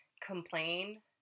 complain